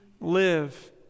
live